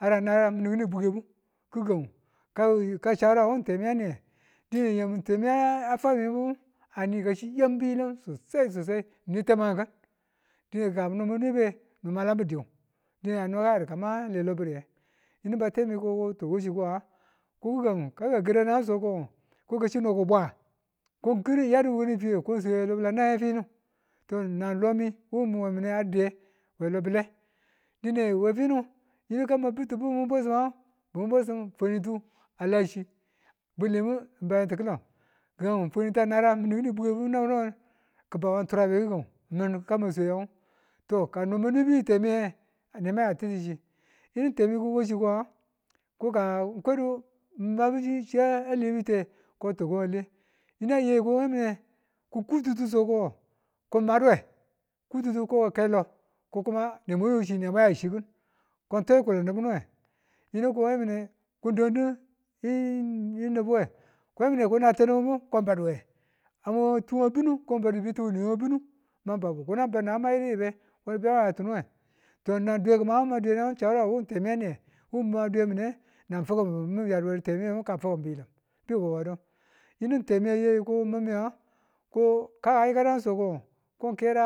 A narang nge ki̱nin bukebu gi̱gang ka shara temi a niye dine yam temi a ya fwa mi̱yanagu ni kachi yam bi̱yili̱ sosai sosai dine kano ma̱m ma nwebe, no ma lambu diyu dine noka yadu kano ma le lo bi̱riye. Yini batemi ko wachi ko nga ko gi̱gang nang mwa karan nan ngu so ko ngo ko kichi no a bwa ko ng ki̱rdu ng yadu wukane fiwe ko ng swe we lo bi̱lada naye finu to nang lomi mw mạnwe diyu we lo bi̱le dine we fine yinu kimang buttubu bwesiman ngu fwanitu a lachi bwelimbu bati̱ki̱li̱n ki̱kang ngu fwanitu a naran mini kini bukebu nabwen nabwen ki̱ban wanturobe gi̱gang mạn kan ma sweyan, to kano ma nwebu yam temiye no nema ya ti̱tuchi yinu temi ko wachi ko nga ko kwedu mamabu chi lebi̱te ko to ale yinu a ko ngai mine kututu so ko ngo ko n maduwe kututu ko ki̱ kailo ko kuma ne mwa yochi ne mwa yachi ki̱n ko twaku kulin nubuwe yinu ko ngai mine ko ng dandu nibuwe ko nge mine nati̱m ni̱bimu ko ng badduwe amwe tuwe binu ko ng badu bwetifwani we bi̱nu ba babu konan bau nama yiduyibe ko be ma yatunuwe to nan dwiyeku manngu ma dwiyen nan ngu temi a niye wu madwi̱ya mi̱ne ngu na fukum minma ya a di̱ temi ye kana fukum bi̱lim ng wawwadum yini temi a yi ko mi̱n, mi nga ko kan ka yikadan so ko ngo ko ng kera